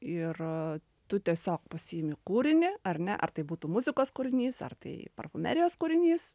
ir tu tiesiog pasiimi kūrinį ar ne ar tai būtų muzikos kūrinys ar tai parfumerijos kūrinys